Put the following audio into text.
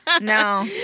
No